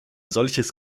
solches